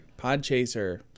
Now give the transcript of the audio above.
Podchaser